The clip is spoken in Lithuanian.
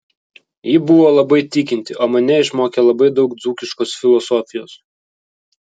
ji buvo labai tikinti o mane išmokė labai daug dzūkiškos filosofijos